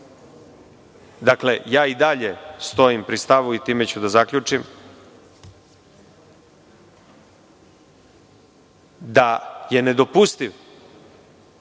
postoje.I dalje stojim pri stavu, i time ću da zaključim, da je nedopustiv